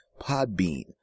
podbean